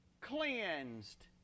cleansed